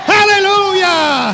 Hallelujah